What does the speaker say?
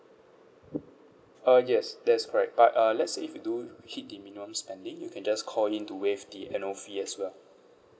uh yes that is correct but uh let's say if you do hit the minimum spending you can just call in to waive the annual fee as well